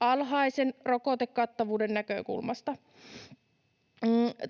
alhaisen rokotekattavuuden näkökulmasta.